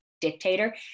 dictator